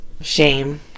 Shame